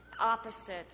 opposite